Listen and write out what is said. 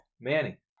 manny